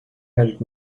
helped